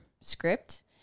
script